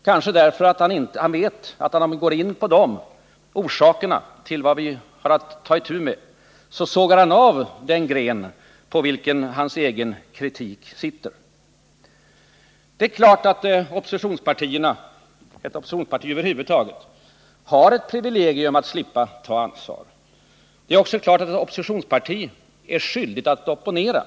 Kanske är det därför att han vet att om han går in på orsakerna till vad vi har att ta itu med, sågar han av den gren på vilken hans egen kritik sitter. Det är klart att ett oppositionsparti har privilegiet att slippa ta ansvar. Det är också klart att ett oppositionsparti är skyldigt att opponera.